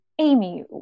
Amy